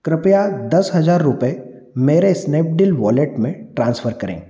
कृपया दस हज़ार रुपये मेरे स्नैपडील वॉलेट में ट्रांसफ़र करें